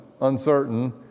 uncertain